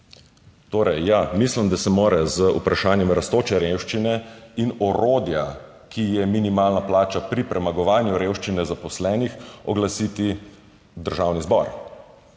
Torej ja, mislim, da se mora z vprašanjem rastoče revščine in orodja, ki je minimalna plača pri premagovanju revščine zaposlenih, oglasiti državni zbor.